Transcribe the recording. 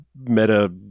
meta